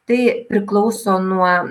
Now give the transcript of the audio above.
tai priklauso nuo